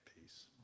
peace